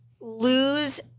lose